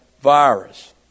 virus